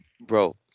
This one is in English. Bro